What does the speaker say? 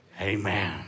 Amen